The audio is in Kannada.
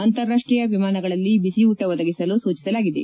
ಅಂತಾರಾಷ್ಷೀಯ ವಿಮಾನಗಳಲ್ಲಿ ಬಿಸಿ ಊಟ ಒದಗಿಸಲು ಸೂಚಿಸಲಾಗಿದೆ